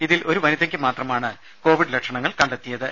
ഇതിൽ ഒരു വനിതയ്ക്ക് മാത്രമാണ് കോവിഡ് ലക്ഷണങ്ങൾ കണ്ടെത്തിയത്